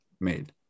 made